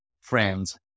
friends